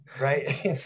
Right